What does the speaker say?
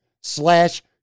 slash